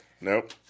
Nope